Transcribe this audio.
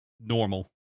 normal